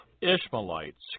Ishmaelites